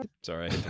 Sorry